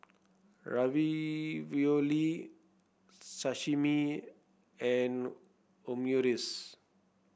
Ravioli Sashimi and Omurice